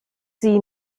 sie